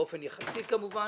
באופן יחסי כמובן,